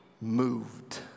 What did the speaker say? moved